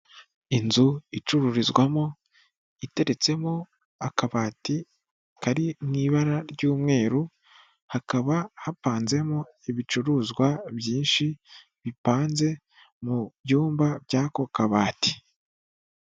Inzu icururizwamo, iteretsemo akabati kari mu ibara ry'umweru, hakaba hapanzemo ibicuruzwa byinshi bipanze mu byumba by'ako kabati.